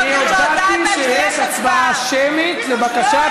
אדוני, צא החוצה, בבקשה.